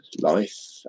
life